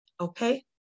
Okay